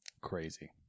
Crazy